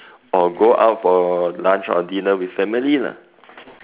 or go out for lunch or dinner with family lah